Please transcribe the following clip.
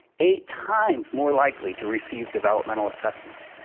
eight times more likely to receive developmental assessments.